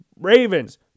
Ravens